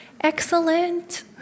Excellent